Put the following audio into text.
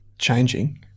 changing